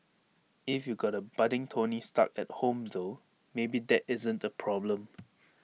if you got A budding tony stark at home though maybe that isn't A problem